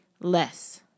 less